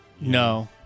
No